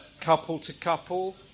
Couple-to-couple